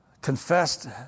confessed